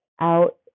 out